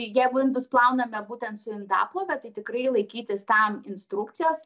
jeigu indus plauname būtent su indaplove tai tikrai laikytis tam instrukcijos